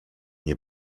nie